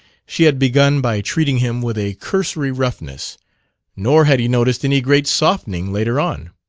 she had begun by treating him with a cursory roughness nor had he noticed any great softening later on.